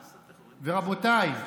ורבותיי,